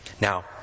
Now